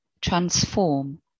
transform